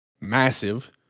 massive